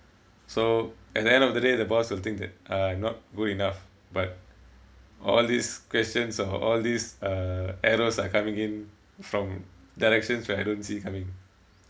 so at the end of the day the boss will think that uh not good enough but all these questions are all this uh errors like coming in from directions where I don't see coming